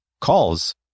calls